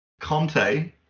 Conte